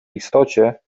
istocie